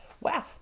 Wow